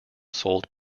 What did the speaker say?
sold